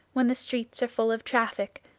when the streets are full of traffic,